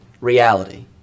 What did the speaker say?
reality